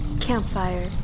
Campfire